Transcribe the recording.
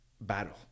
battle